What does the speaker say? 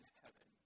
heaven